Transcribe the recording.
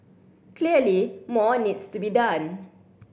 clearly more needs to be done